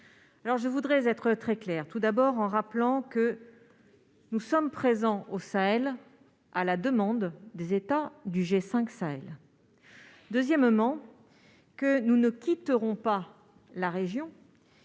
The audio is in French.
Je voudrais être très claire, tout d'abord en rappelant que nous sommes présents au Sahel à la demande des États du G5 Sahel. Par ailleurs, nous ne quitterons pas la région